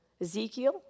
Ezekiel